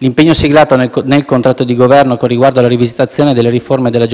L'impegno siglato nel contratto di Governo, con riguardo alla rivisitazione della riforma della